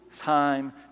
time